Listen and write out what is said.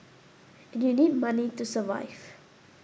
and you need money to survive